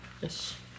Yes